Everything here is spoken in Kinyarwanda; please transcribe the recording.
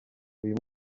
uyu